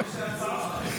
אני מוכרח לומר,